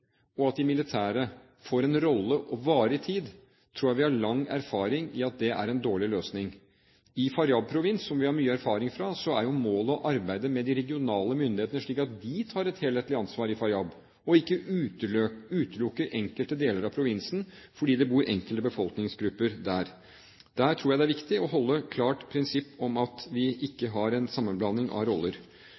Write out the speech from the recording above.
at de militære får en rolle som varer i tid, det tror jeg vi har lang erfaring for er en dårlig løsning. I Faryab-provinsen – som vi har mye erfaring fra – er målet å arbeide med de regionale myndighetene slik at de tar et helhetlig ansvar i Faryab, og ikke utelukker enkelte deler av provinsen fordi det bor enkelte befolkningsgrupper der. Der tror jeg det er viktig å holde et klart prinsipp om at vi ikke har en sammenblanding av roller.